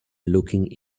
looking